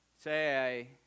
Say